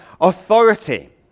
authority